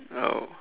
oh